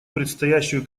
предстоящую